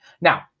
Now